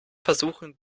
versuchen